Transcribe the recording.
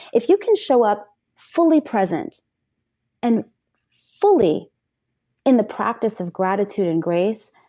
if you can show up fully present and fully in the practice of gratitude and grace,